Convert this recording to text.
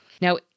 Now